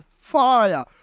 fire